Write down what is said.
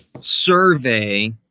survey